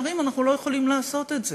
מצטערים, אנחנו לא יכולים לעשות את זה.